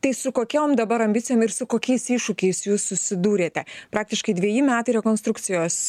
tai su kokiom dabar ambicijom ir su kokiais iššūkiais jūs susidūrėte praktiškai dveji metai rekonstrukcijos